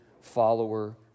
follower